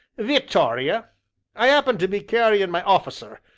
vittoria i appened to be carrying my off'cer,